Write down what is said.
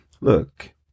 look